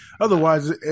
otherwise